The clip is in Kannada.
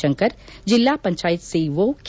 ಶಂಕರ್ ಜಿಲ್ಲಾ ಪಂಚಾಯಿತಿ ಸಿಇಓ ಕೆ